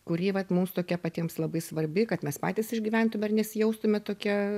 kuri vat mums tokia patiems labai svarbi kad mes patys išgyventume ir nesijaustume tokie